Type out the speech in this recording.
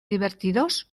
divertidos